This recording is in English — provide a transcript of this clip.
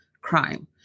crime